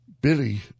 Billy